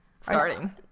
Starting